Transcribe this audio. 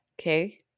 Okay